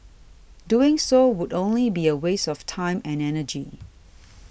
doing so would only be a waste of time and energy